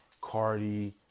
Cardi